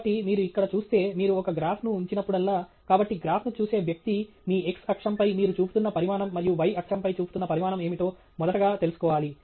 కాబట్టి మీరు ఇక్కడ చూస్తే మీరు ఒక గ్రాఫ్ను ఉంచినప్పుడల్లా కాబట్టి గ్రాఫ్ను చూసే వ్యక్తి మీ x అక్షంపై మీరు చూపుతున్న పరిమాణం మరియు y అక్షంపై చూపుతున్న పరిమాణం ఏమిటో మొదటగా తెలుసుకోవాలి